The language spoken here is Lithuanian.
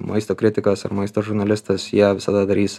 maisto kritikas ar maisto žurnalistas jie visada darys